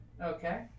Okay